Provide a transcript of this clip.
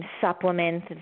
supplement